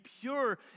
pure